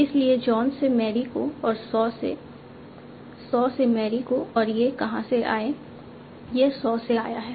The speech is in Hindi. इसलिए जॉन से मैरी को और सॉ से सॉ से मैरी को और ये कहां से आए यह सॉ से आया है